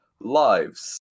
lives